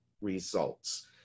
results